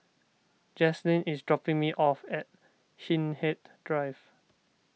Jaslyn is dropping me off at Hindhede Drive